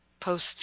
post